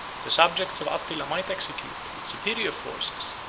the subjects of attila might execute, with superior forces,